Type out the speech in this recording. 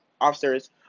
officer's